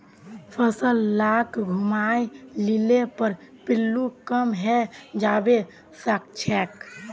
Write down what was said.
फसल लाक घूमाय लिले पर पिल्लू कम हैं जबा सखछेक